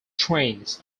trains